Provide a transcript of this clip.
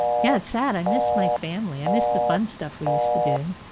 yeah, it's sad. i miss my family. i miss the fun stuff we used to do.